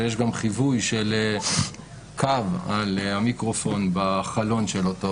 ויש גם חיווי של קו על המיקרופון בחלון של אותו